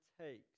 takes